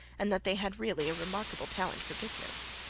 and that they had really a remarkable talent for business.